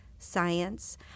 Science